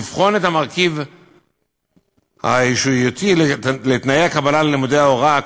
לבחון את המרכיב האישיותי בתנאי הקבלה ללימודי ההוראה,